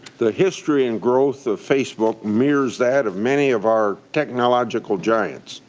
the history and growth of facebook mirrors that of many of our technological giants,